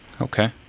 Okay